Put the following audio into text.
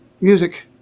Music